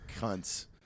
cunts